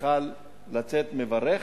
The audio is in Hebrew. יכול היה לצאת מברך